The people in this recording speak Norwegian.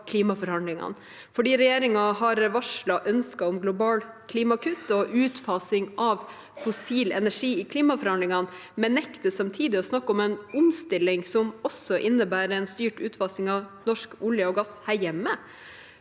fordi regjeringen har varslet ønsker om globale klimakutt og utfasing av fossil energi i klimaforhandlingene, men nekter samtidig å snakke om en omstilling som også innebærer en styrt utfasing av norsk olje og gass her hjemme.